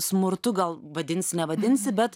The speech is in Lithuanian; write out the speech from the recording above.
smurtu gal vadinsi nevadinsi bet